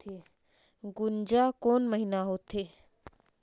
गुनजा कोन महीना होथे?